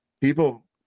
people